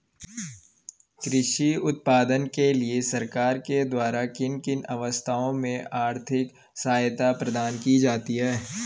कृषि उत्पादन के लिए सरकार के द्वारा किन किन अवस्थाओं में आर्थिक सहायता प्रदान की जाती है?